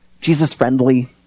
Jesus-friendly